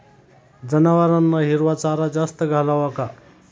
जनावरांना हिरवा चारा जास्त घालावा का?